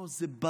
לא, זה בריא,